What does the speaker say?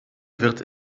wird